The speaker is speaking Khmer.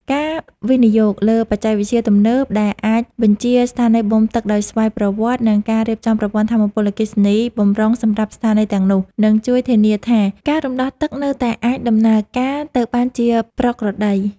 ការវិនិយោគលើបច្ចេកវិទ្យាទំនើបដែលអាចបញ្ជាស្ថានីយបូមទឹកដោយស្វ័យប្រវត្តិ និងការរៀបចំប្រព័ន្ធថាមពលអគ្គិសនីបម្រុងសម្រាប់ស្ថានីយទាំងនោះ នឹងជួយធានាថាការរំដោះទឹកនៅតែអាចដំណើរការទៅបានជាប្រក្រតី។